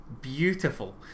Beautiful